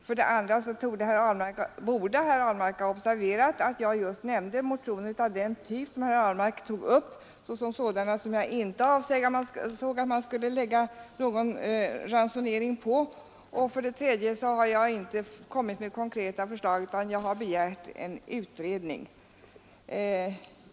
För det andra borde herr Ahlmark ha observerat att jag nämnde just motioner av den typ som herr Ahlmark tog upp såsom sådana beträffande vilka jag inte ansåg att man skulle införa någon ransonering För det tredje har jag inte kommit med konkreta förslag utan har begärt en utredning.